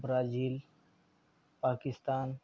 Brazil Pakistan